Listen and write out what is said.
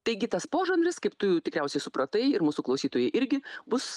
taigi tas požanris kaip tu tikriausiai supratai ir mūsų klausytojai irgi bus